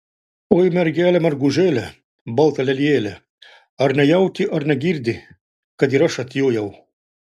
oi mergele mergužėle balta lelijėle ar nejauti ar negirdi kad ir aš atjojau